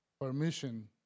permission